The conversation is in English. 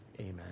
Amen